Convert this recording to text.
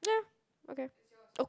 yeah okay oh